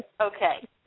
Okay